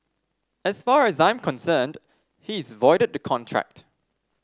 as far as I'm concerned he is voided the contract